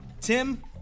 Tim